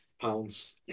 pounds